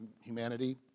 humanity